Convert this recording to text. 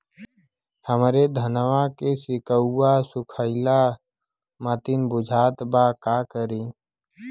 हमरे धनवा के सीक्कउआ सुखइला मतीन बुझात बा का करीं?